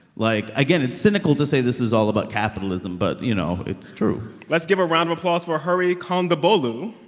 like, again, it's cynical to say this is all about capitalism. but, you know, it's true let's give a round of applause for hari kondabolu.